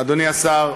אדוני השר,